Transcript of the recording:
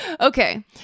okay